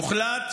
הוחלט,